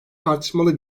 tartışmalı